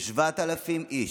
כ-7,000 איש,